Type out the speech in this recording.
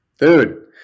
Dude